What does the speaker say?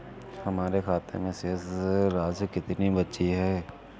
हमारे खाते में शेष राशि कितनी बची है?